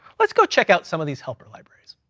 let's go check out some of these helper libraries.